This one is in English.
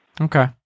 Okay